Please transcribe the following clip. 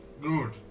Good